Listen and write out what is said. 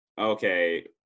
okay